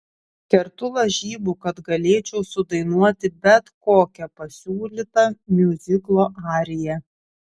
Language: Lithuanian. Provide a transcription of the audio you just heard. kertu lažybų kad galėčiau sudainuoti bet kokią pasiūlytą miuziklo ariją